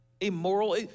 immoral